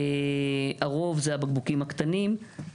הרוב זה הבקבוקים הקטנים,